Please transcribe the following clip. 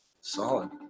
solid